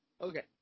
Okay